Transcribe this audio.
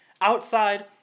Outside